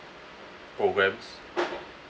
programs